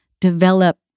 Develop